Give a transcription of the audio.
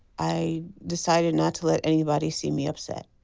i decided not to let anybody see me upset.